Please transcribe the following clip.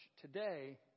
today